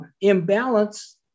imbalance